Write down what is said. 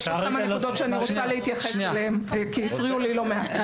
יש עוד כמה נקודות שאני רוצה להתייחס אליהן כי הפריעו לי לא מעט.